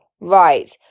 right